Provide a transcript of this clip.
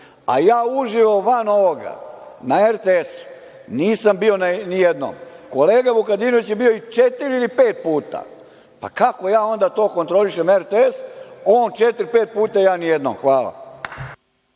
a ja uživo, van ovoga, na RTS nisam bio nijednom. Kolega Vukadinović je bio četiri ili pet puta. Kako ja to onda kontrolišem RTS, on četiri, pet puta, a ja nijednom? Hvala.